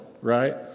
right